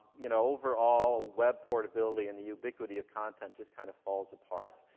you know, overall, web portability and the ubiquity of content just kind of falls apart.